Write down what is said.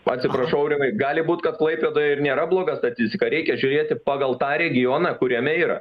atsiprašau aurimai gali būt kad klaipėdoje ir nėra bloga statistika reikia žiūrėti pagal tą regioną kuriame yra